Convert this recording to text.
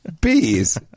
Bees